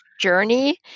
journey